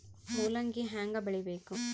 ಮೂಲಂಗಿ ಹ್ಯಾಂಗ ಬೆಳಿಬೇಕು?